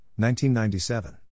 1997